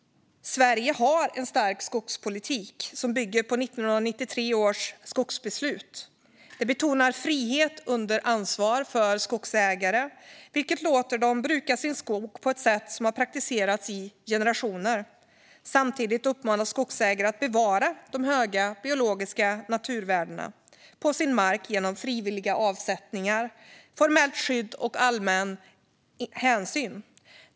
Sverige har en stark skogspolitik som bygger på 1993 års skogsbeslut. Det betonar frihet under ansvar för skogsägare, vilket låter dem bruka sin skog på ett sätt som har praktiserats i generationer. Samtidigt uppmanas skogsägare att bevara de höga biologiska naturvärdena på sin mark genom frivilliga avsättningar, formellt skydd och allmän hänsyn.